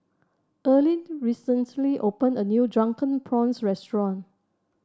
Earlean recently opened a new Drunken Prawns restaurant